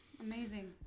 Amazing